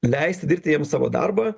leisti dirbti jiems savo darbą